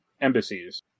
embassies